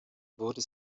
wurde